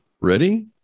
Ready